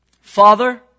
Father